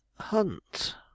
hunt